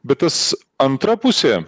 bet tas antra pusė